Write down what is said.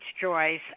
Joyce